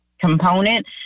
component